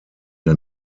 der